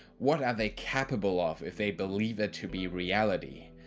what are they capable of if they believe it to be reality?